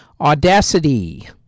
Audacity